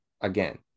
again